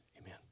Amen